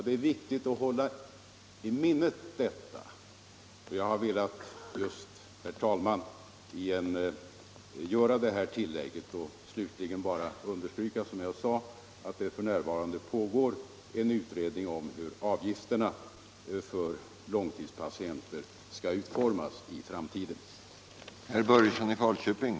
Det är viktigt att hålla detta i minnet, och jag har därför velat göra detta tillägg. Jag vill slutligen bara än en gång understryka att det f.n. pågår en utredning om hur avgifterna för långvårdspatienter i framtiden skall utformas.